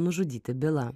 nužudyti bilą